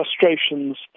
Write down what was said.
frustrations